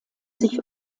sich